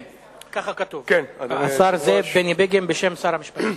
כן, כך כתוב: השר זאב בני בגין, בשם שר המשפטים.